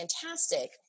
fantastic